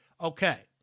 Okay